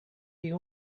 you